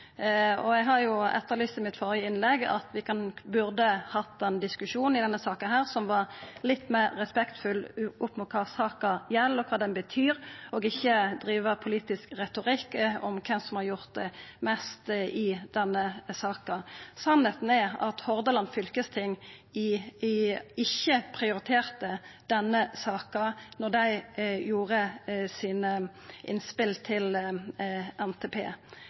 Eg etterlyste i mitt førre innlegg at vi burde hatt ein diskusjon i denne saka som var litt meir respektfull med tanke på kva saka gjeld, og kva ho betyr, og ikkje driva politisk retorikk om kven som har gjort mest i denne saka. Sanninga er at Hordaland fylkesting ikkje prioriterte denne saka da dei gav sine innspel til NTP.